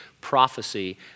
prophecy